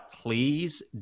Please